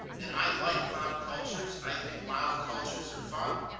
and i like loud cultures. i think loud cultures are fun.